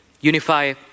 unify